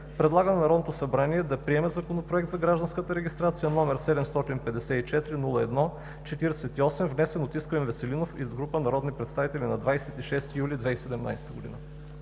предлага на Народното събрание да приеме Законопроект за гражданската регистрация, № 754-01-48, внесен от Искрен Веселинов и група народни представители на 26 юли 2017 г.“